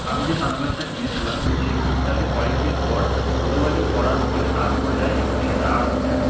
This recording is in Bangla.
আমি যে সানগ্লাসটা কিনেছিলাম সেটাতে কয়েকদিন পর ধুলোবালি পড়ার ফলে দাগ পড়ে যায় এবং সেটা আর ওঠে না